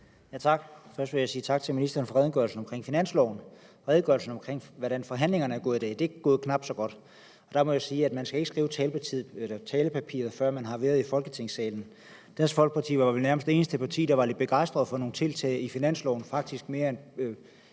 (DF): Tak. Først vil jeg sige tak til ministeren for redegørelsen om finansloven. Redegørelsen om, hvordan forhandlingerne er gået i dag, er gået knap så godt. Der må jeg sige, at man ikke skal skrive talepapiret, før man har været i Folketingssalen. Dansk Folkeparti var vel nærmest det eneste parti, der var lidt begejstret for nogle tiltag i finansloven – faktisk mere end